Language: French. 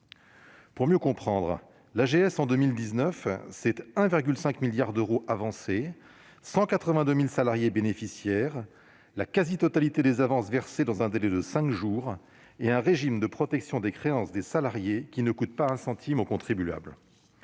pourront avoir. L'AGS, en 2019, c'est 1,5 milliard d'euros avancés, 182 000 salariés bénéficiaires, la quasi-totalité des avances versées dans un délai de cinq jours et un régime de protection des créances des salariés qui ne coûte pas un centime au contribuable.